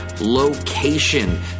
location